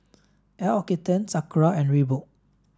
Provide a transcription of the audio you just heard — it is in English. L'Occitane Sakura and Reebok